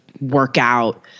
workout